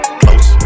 close